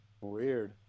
Weird